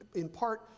in part,